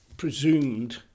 Presumed